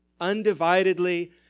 undividedly